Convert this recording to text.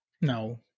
no